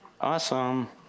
Awesome